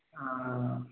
ആ